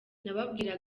nababwira